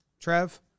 Trev